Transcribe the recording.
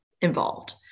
involved